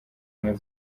ubumwe